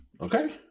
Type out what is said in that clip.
Okay